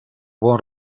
buon